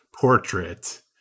portrait